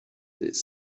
this